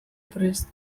prest